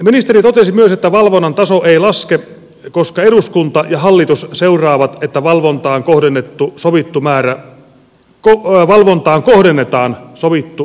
ministeri totesi myös että valvonnan taso ei laske koska eduskunta ja hallitus seuraavat että valvontaan kohdennetaan sovittu määrä henkilötyövuosia